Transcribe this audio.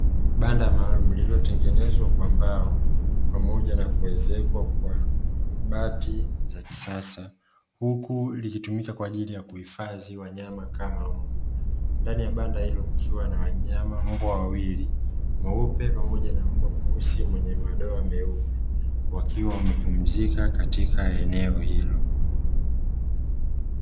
Banda maalumu lililotengenezwa kwa mbao pamoja na kuwezekwa kwa bati za kisasa huku likitumika kwa ajili ya kuhifadhi wanyama kama mbwa. Ndani ya banda hilo kukiwa na wanyama mbwa wawili, mweupe pamoja na mbwa mweusi mwenye madoa meupe wakiwa wamepumzika katika eneo hilo.